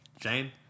Jane